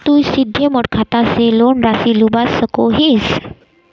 तुई सीधे मोर खाता से लोन राशि लुबा सकोहिस?